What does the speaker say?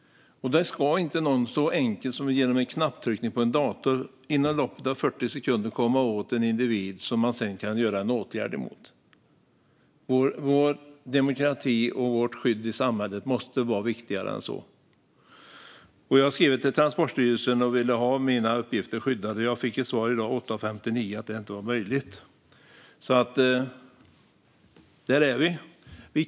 Ingen ska så enkelt som genom en knapptryckning på en dator inom loppet av 40 sekunder kunna komma åt en individ som man sedan kan göra en åtgärd emot. Vår demokrati och vårt skydd i samhället måste vara viktigare än så. Jag har skrivit till Transportstyrelsen för att få mina uppgifter skyddade. Jag fick svar i dag, klockan 8.59, att det inte var möjligt. Där är vi alltså.